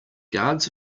guards